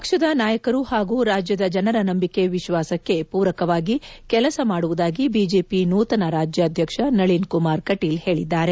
ಪಕ್ಷದ ನಾಯಕರು ಹಾಗೂ ರಾಜ್ಯದ ಜನರ ನಂಬಿಕೆ ವಿಶ್ವಾಸಕ್ಕೆ ಪೂರಕವಾಗಿ ಕೆಲಸ ಮಾಡುವುದಾಗಿ ಬಿಜೆಪಿ ನೂತನ ರಾಜ್ಯಾಧ್ಯಕ್ಷ ನಳೀನ್ ಕುಮಾರ್ ಕಟೀಲ್ ಹೇಳದ್ದಾರೆ